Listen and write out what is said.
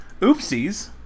Oopsies